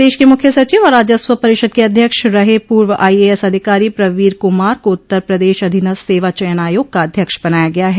प्रदेश के मुख्य सचिव और राजस्व परिषद के अध्यक्ष रहे पूर्व आईएएस अधिकारी प्रवीर कुमार को उत्तर प्रदेश अधीनस्थ सेवा चयन आयोग का अध्यक्ष बनाया गया है